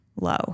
low